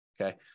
okay